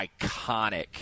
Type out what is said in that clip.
iconic